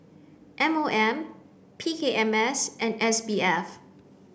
M O M P K M S and S B F